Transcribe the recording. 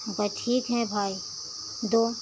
हम कहे ठीक है भाई दो